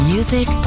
Music